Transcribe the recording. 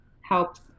helps